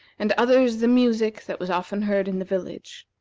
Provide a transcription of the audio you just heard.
and others the music that was often heard in the village.